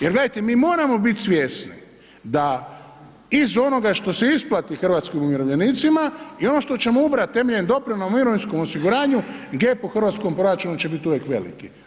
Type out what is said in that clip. Jer gledajte mi moramo biti svjesni da iz onoga što se isplati hrvatskim umirovljenicima i ono što ćemo ubrati temeljem doprinosa u mirovinskom osiguranju G po hrvatskom proračunu će biti uvijek veliki.